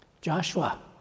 Joshua